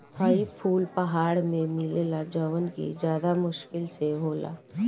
हई फूल पहाड़ में मिलेला जवन कि ज्यदा मुश्किल से होला